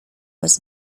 was